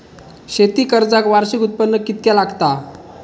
शेती कर्जाक वार्षिक उत्पन्न कितक्या लागता?